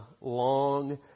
Long